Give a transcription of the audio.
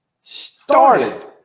started